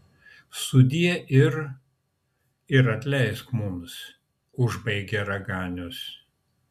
sudie ir ir atleisk mums užbaigė raganius